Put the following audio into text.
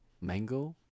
mango